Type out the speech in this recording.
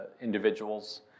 individuals